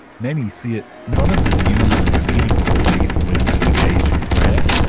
many see it not as a new and meaningful way for women to engage in prayer,